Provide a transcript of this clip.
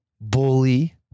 Bully